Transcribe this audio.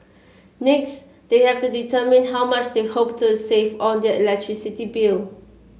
next they have to determine how much they hope to save on their electricity bill